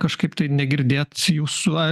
kažkaip tai negirdėt jūsų